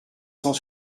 cent